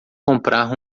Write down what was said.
comprar